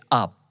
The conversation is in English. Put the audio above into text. up